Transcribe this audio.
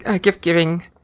gift-giving